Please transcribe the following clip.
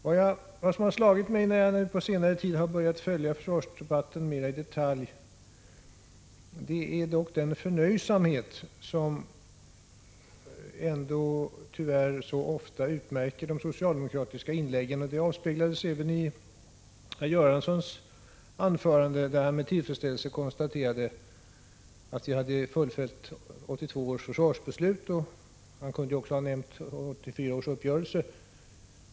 Vad som slagit mig, när jag på senare tid börjat följa försvarsdebatten mer i detalj, är den förnöjsamhet som tyvärr ofta utmärker de socialdemokratiska inläggen. Det avspeglades även i herr Göranssons anförande, där han med tillfredsställelse konstaterade att vi hade fullföljt 1982 års försvarsbeslut; han kunde ha nämnt också 1984 års uppgörelse.